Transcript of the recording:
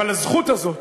אבל הזכות הזאת,